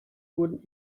wurden